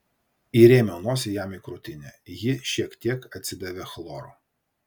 įrėmiau nosį jam į krūtinę ji šiek tiek atsidavė chloru